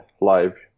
live